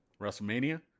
WrestleMania